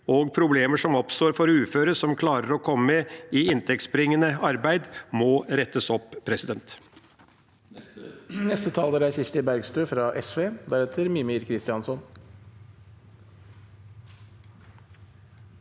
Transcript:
og problemer som oppstår for uføre som klarer å komme i inntektsbringende arbeid, må rettes opp. Kirsti